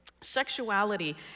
Sexuality